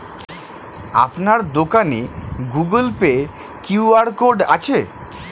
আপনার দোকানে Google Pay QR code আছে?